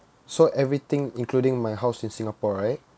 so everything including my house in singapore right